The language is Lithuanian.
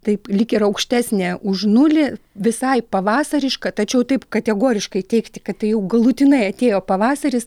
taip lyg ir aukštesnė už nulį visai pavasariška tačiau taip kategoriškai teigti kad tai jau galutinai atėjo pavasaris